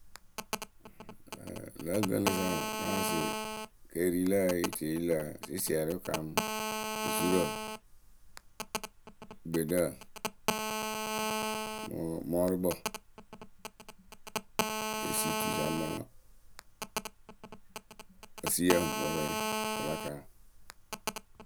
Lǝh gɨŋrǝ sa wǝǝ na wɔsɩ keeri lǝ yǝ yɨ tɨ yɨ lǝ sɩsiɛrɩ yɨ kaamǝ zurǝ, gbeɖǝ, mɨ mɔɔrʊkpǝ, esituyǝ sa mɨ, esiyǝ owe ola ka.